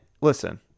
listen